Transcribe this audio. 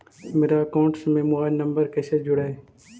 मेरा अकाउंटस में mobile number कैसे जुड़उ?